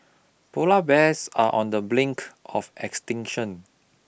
polar bears are on the blink of extinction